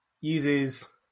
uses